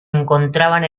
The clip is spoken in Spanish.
encontraban